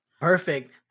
Perfect